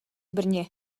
brně